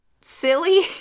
silly